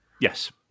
Yes